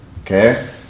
okay